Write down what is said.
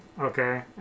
Okay